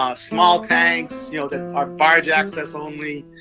ah small tanks, you know, that are barge access only.